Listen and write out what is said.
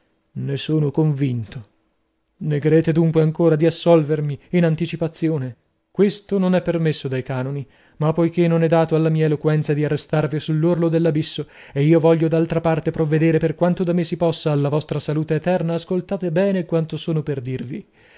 ne sono convinto negherete dunque ancora di assolvermi in anticipazione questo non è permesso dai canoni ma poichè non è dato alla mia eloquenza di arrestarvi sull'orlo dell'abisso ed io voglio d'altra parte provvedere per quanto da me si possa alla vostra salute eterna ascoltate bene quanto sono per dirvi